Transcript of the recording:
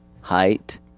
height